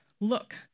look